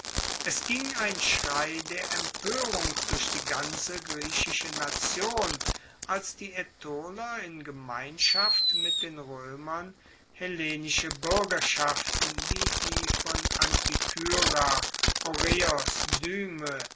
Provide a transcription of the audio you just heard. es ging ein schrei der empoerung durch die ganze griechische nation als die aetoler in gemeinschaft mit den roemern hellenische buergerschaften wie die von antikyra oreos dyme